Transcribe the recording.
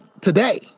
today